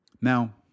Now